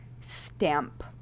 stamp